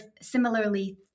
similarly